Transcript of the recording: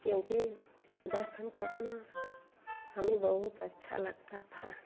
क्योंकि दर्शन करना हमें बहुत अच्छा लगता था